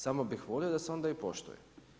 Samo bih volio da se onda i poštuje.